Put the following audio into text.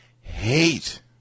hate